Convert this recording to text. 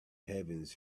heavens